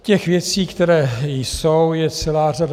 Těch věcí, které jsou, je celá řada.